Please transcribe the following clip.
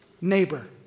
neighbor